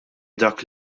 dak